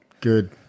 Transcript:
Good